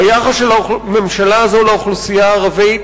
היחס של הממשלה הזאת לאוכלוסייה הערבית